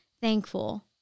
thankful